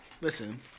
Listen